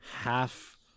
Half